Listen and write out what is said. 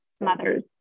mothers